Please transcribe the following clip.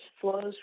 flows